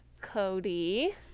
Cody